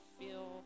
feel